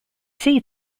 see